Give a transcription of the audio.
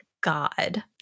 God